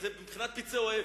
זה בבחינת פצעי אוהב.